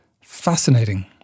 Fascinating